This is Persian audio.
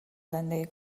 زندگی